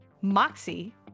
Moxie